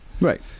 Right